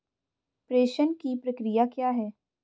प्रेषण की प्रक्रिया क्या है?